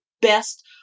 best